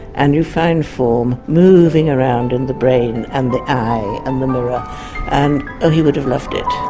and you find form moving around in the brain and the eye and the mirror and oh, he would have loved it.